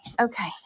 okay